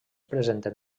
presenten